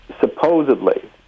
Supposedly